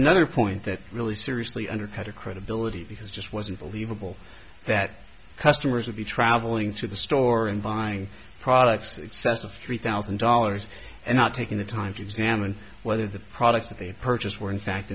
another point that really seriously undercut the credibility because just wasn't believable that customers would be traveling to the store and buying products excess of three thousand dollars and not taking the time to examine whether the products that they purchased were in fact